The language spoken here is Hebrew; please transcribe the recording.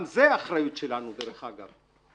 גם זו אחריות שלנו דרך אגב.